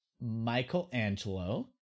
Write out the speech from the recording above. Michelangelo